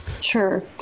Sure